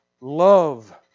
love